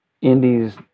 indies